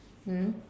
mm